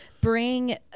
bring